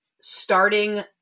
starting